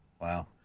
wow